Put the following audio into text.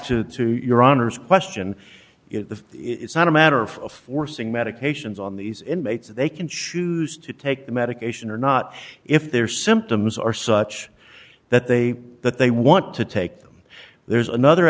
back to your honor's question it's not a matter of forcing medications on these inmates they can choose to take the medication or not if their symptoms are such that they that they want to take them there's another